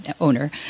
owner